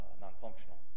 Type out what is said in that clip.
non-functional